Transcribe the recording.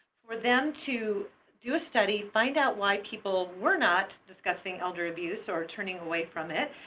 for them to do a study, find out why people were not discussing elder abuse or turning away from it,